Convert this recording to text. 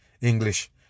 English